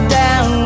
down